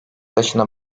başına